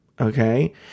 Okay